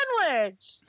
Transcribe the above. sandwich